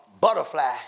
butterfly